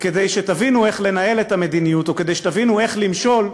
כדי שתבינו איך לנהל את המדיניות וכדי שתבינו איך למשול,